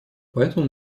поэтому